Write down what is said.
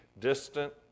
distant